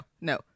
no